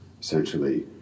essentially